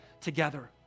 together